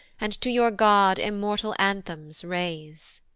and to your god immortal anthems raise.